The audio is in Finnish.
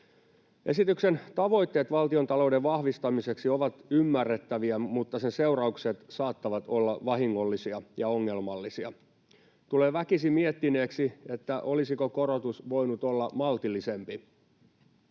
Esityksen tavoitteet valtiontalouden vahvistamiseksi ovat ymmärrettäviä, mutta sen seuraukset saattavat olla vahingollisia ja ongelmallisia. Tulee väkisin miettineeksi, olisiko korotus voinut olla maltillisempi.